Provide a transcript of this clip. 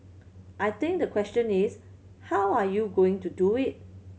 I think the question is how are you going to do it